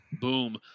Boom